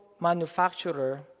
manufacturer